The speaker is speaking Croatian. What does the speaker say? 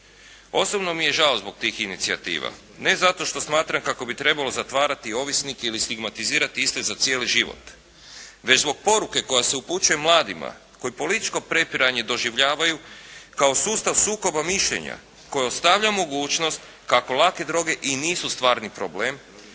Osobno mi je žao zbog tih inicijativa. Ne zato što smatram kako bi trebalo zatvarati ovisnike ili stigmatizirati iste za cijeli život već zbog poruke koja se upućuje mladima koji političko prepiranje doživljavaju kao sustav sukoba mišljenja koje ostavlja mogućnost kako lake droge i nisu stvarni problem